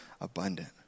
abundant